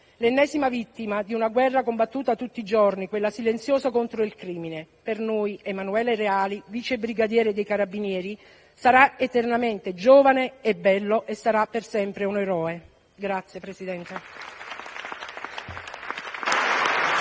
L'ennesima vittima di una guerra combattuta tutti i giorni, quella silenziosa contro il crimine. Per noi Emanuele Reali, vice brigadiere dei Carabinieri, sarà eternamente giovane e bello. Sarà per sempre un eroe». *(Prolungati